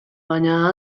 baina